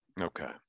Okay